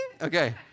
Okay